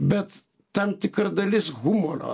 bet tam tikra dalis humoro